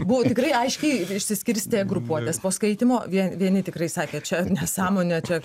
buvo tikrai aiškiai išsiskirstė grupuotės po skaitymo vie vieni tikrai sakė čia nesąmonė čia